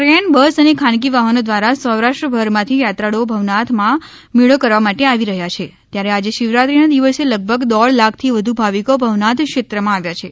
train bus અને ખાનગી વાહનો દ્વારા સૌરાષ્ટ્રભરમાંથી યાત્રાળુઓ ભવનાથમાં મેળો કરવા માટે આવી રહ્યા છે ત્યારે આજે શિવરાત્રીને દિવસે લગભગ દોઢ લાખથી વધુ ભાવિકો ભવનાથ ક્ષેત્રમાં આવ્યા છે